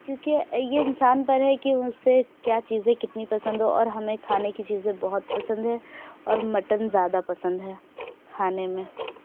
کیونکہ یہ انسان پر ہے کہ اسے کیا چیزیں کتنی پسند ہے اور ہمیں کھانے کی چیزیں بہت پسند ہے اور مٹن زیادہ پسند ہے کھانے میں